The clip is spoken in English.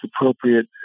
appropriate